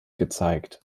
gezeigt